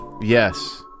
yes